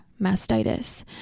mastitis